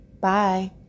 Bye